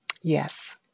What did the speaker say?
Yes